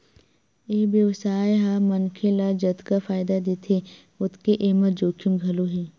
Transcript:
ए बेवसाय ह मनखे ल जतका फायदा देथे ओतके एमा जोखिम घलो हे